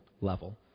level